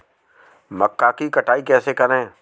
मक्का की कटाई कैसे करें?